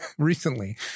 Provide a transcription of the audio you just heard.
Recently